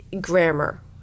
grammar